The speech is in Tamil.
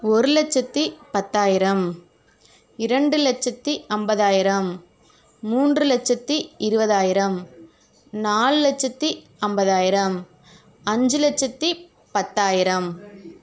ஒரு லட்சத்து பத்தாயிரம் இரண்டு லட்சத்து ஐம்பதாயிரம் மூன்று லட்சத்து இருபதாயிரம் நாலு லட்சத்து ஐம்பதாயிரம் அஞ்சு லட்சத்து பத்தாயிரம்